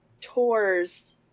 tours